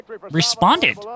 responded